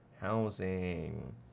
housing